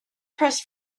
pressed